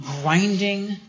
grinding